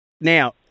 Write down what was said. Now